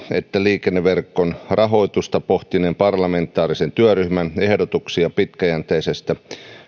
että liikenneverkon rahoitusta pohtineen parlamentaarisen työryhmän ehdotuksia pitkäjänteisestä